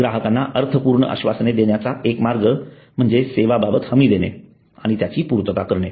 ग्राहकांना अर्थपूर्ण आश्वासने देण्याचा एक मार्ग म्हणजे सेवा बाबत हमी देणे आणि त्याची पूर्तता करणे